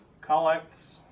collects